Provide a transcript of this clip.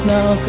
Now